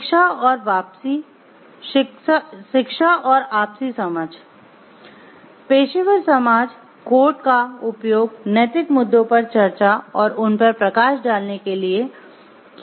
शिक्षा और आपसी समझ पेशेवर समाज कोड का उपयोग नैतिक मुद्दों पर चर्चा और उन पर प्रकाश डालने के लिए जाता है